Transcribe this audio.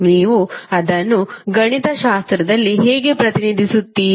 ನೀವು ಅದನ್ನು ಗಣಿತಶಾಸ್ತ್ರದಲ್ಲಿ ಹೇಗೆ ಪ್ರತಿನಿಧಿಸುತ್ತೀರಿ